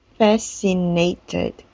Fascinated